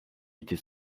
était